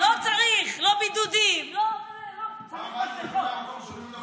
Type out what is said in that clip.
לא צריך לא בידודים, לא כלום, מסכות.